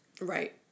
Right